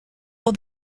for